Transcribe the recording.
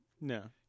no